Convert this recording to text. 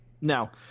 Now